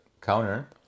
Counter